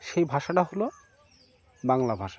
সেই ভাষাটা হলো বাংলা ভাষা